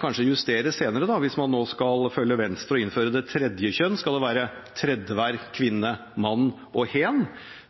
kanskje justere senere hvis man skal følge Venstre og innføre det tredje kjønn. Skal det være tredje hver kvinne, mann og hen?